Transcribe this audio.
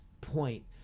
point